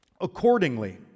Accordingly